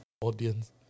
audience